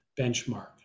benchmark